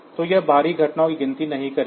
तो यह बाहरी घटना की गिनती नहीं करेगा